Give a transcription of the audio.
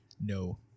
no